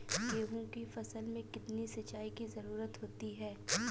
गेहूँ की फसल में कितनी सिंचाई की जरूरत होती है?